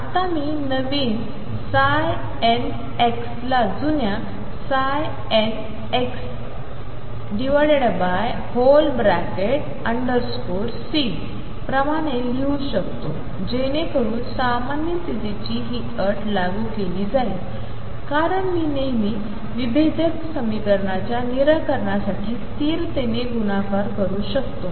आता मी नवीन ψ n ला जुन्या ψ n √C प्रमाणे लिहू शकतो जेणेकरून सामान्यतेची ही अट लागू केली जाईल कारण मी नेहमी विभेदक समीकरणाच्या निराकरणासाठी स्थिरतेने गुणाकार करू शकतो